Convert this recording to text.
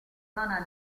zona